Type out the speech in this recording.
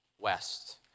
West